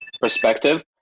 perspective